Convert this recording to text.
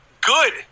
Good